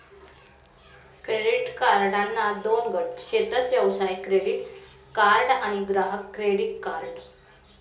credit कार्डना दोन गट शेतस व्यवसाय क्रेडीट कार्ड आणि ग्राहक क्रेडीट कार्ड